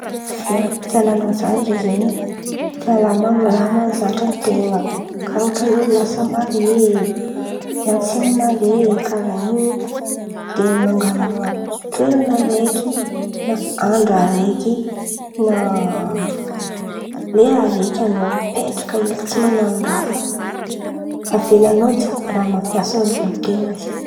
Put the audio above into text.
Fia-fialan̈ana sasatra zen̈y fialan̈a amy raha mahazatra an-ten̈a, karàha ohatra oe miasa mare, miady sain̈a mare, karàha in̈y zen̈y de mangala raha toeran̈a raiky, ma- andra raiky na lera raiky an̈ao mipetraka hely tsy man̈ano raha fa avelan̈ao jiàby raha mampiasa lôha an-ten̈a zen̈y.